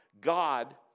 God